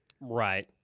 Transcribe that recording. Right